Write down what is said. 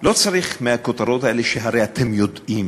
לא צריך מהכותרות האלה, הרי אתם יודעים